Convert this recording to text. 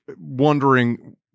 wondering